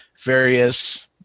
various